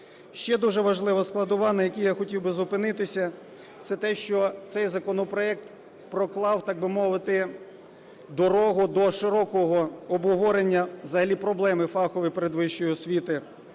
Ще дуже важлива складова, на якій я хотів би зупинитися, - це те, що цей законопроект проклав, так би мовити, дорогу до широкого обговорення взагалі проблеми фахової передвищої освіті